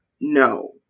no